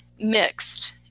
mixed